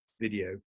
video